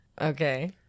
Okay